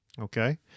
Okay